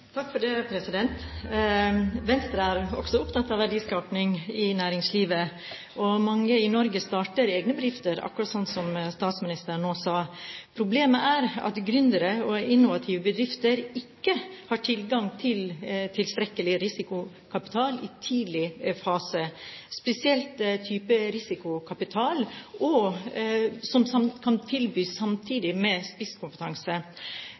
Venstre er også opptatt av verdiskaping i næringslivet, og mange i Norge starter egen bedrift, akkurat slik som statsministeren nå sa. Problemet er at gründere og innovative bedrifter ikke har tilgang til tilstrekkelig risikokapital i tidlig fase, spesielt den type risikokapital som kan tilbys samtidig med spisskompetanse.